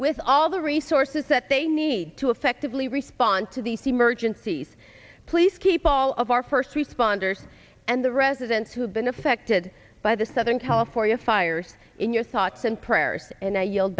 with all the resources that they need to effectively respond to these emergencies please keep all of our first responders and the residents who have been affected by the southern california fires in your thoughts and prayers and